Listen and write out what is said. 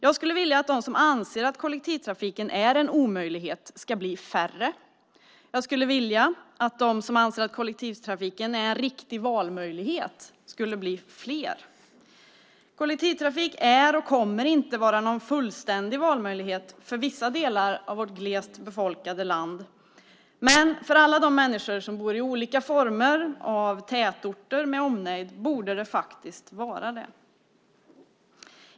Jag skulle vilja att de som anser att kollektivtrafiken är en omöjlighet blev färre. Jag skulle vilja att de som anser att kollektivtrafiken är en riktig valmöjlighet blev fler. Kollektivtrafiken är inte och kommer inte att vara någon fullständig valmöjlighet för vissa delar av vårt glest befolkade land. För alla de människor som bor i tätorter med omnejd borde den vara det.